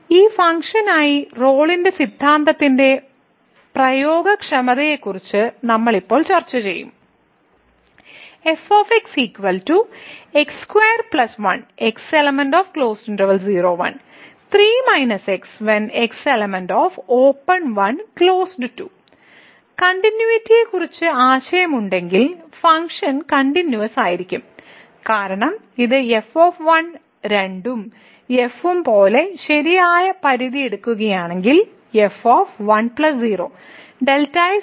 ഈ ഫംഗ്ഷനായി റോളിന്റെ സിദ്ധാന്തത്തിന്റെ പ്രയോഗക്ഷമതയെക്കുറിച്ച് നമ്മൾ ഇപ്പോൾ ചർച്ചചെയ്യും കണ്ടിന്യൂവിറ്റിയെക്കുറിച്ച് ആശങ്കയുണ്ടെങ്കിൽ ഫങ്ക്ഷൻ കണ്ടിന്യൂവസ് ആയിരിക്കും കാരണം ഇത് f 2 ഉം f ഉം പോലെ ശരിയായ പരിധി എടുക്കുകയാണെങ്കിൽ f 1 0